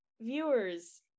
viewers